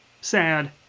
sad